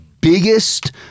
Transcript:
biggest